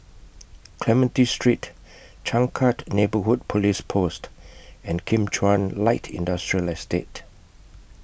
Clementi Street Changkat Neighbourhood Police Post and Kim Chuan Light Industrial Estate